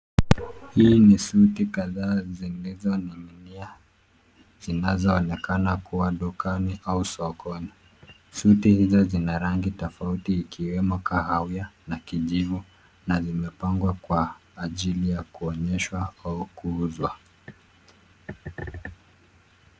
Hii ni suti kadhaa zilizoning'inia zinazoonekana kuwa dukani au sokoni. Suti hizo zina rangi tofauti ikiwemo kahawia na kijivu, na vimepangwa kwa ajili ya kuonyeshwa au kuuzwa.